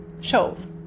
shows